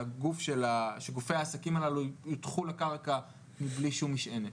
גופי העסקים הללו יוטחו לקרקע בלי שום משענת.